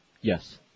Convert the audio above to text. Yes